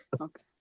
Okay